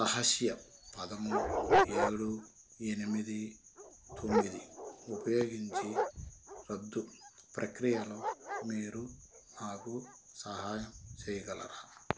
రహస్య పదము ఏడు ఎనిమిది తొమ్మిది ఉపయోగించి రద్దు ప్రక్రియలో మీరు నాకు సహాయం చేయగలరా